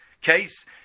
case